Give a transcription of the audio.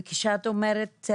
וכשאת אומרת,